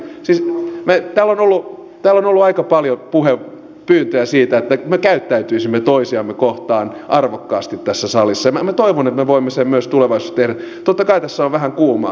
edustaja viitanen täällä on ollut aika paljon pyyntöjä siitä että me käyttäytyisimme toisiamme kohtaan arvokkaasti tässä salissa ja minä toivon että me voimme sen myös tulevaisuudessa tehdä vaikka totta kai tässä on vähän kuumaa